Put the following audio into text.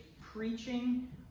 preaching